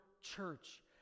church